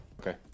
Okay